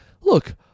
look